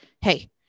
hey